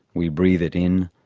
we breathe it in,